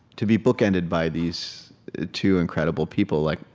to be bookended by these two incredible people, like,